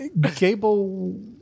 Gable